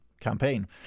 campaign